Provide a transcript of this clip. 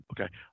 Okay